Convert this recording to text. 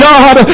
God